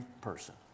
person